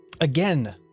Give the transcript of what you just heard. Again